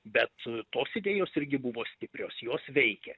bet tos idėjos irgi buvo stiprios jos veikė